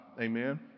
Amen